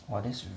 !wah! that's